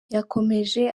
yakomeje